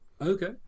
Okay